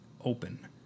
Open